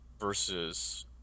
versus